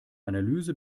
analyse